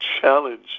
challenge